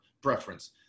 preference